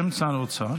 החוק בשם שר האוצר?